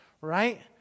right